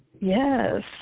yes